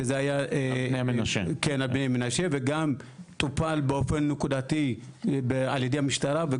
שזה היה על בני מנשה וגם טופל באופן נקודתי על ידי המשטרה.